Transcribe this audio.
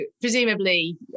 presumably